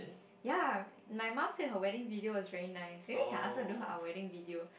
ya my mom said her wedding video was very nice maybe can ask her do our wedding video